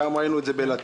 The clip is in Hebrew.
גם ראינו את זה ב"לתת",